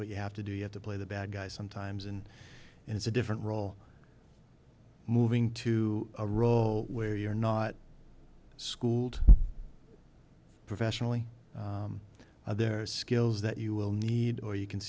what you have to do you have to play the bad guy sometimes and it's a different role moving to a role where you're not schooled professionally there are skills that you will need or you can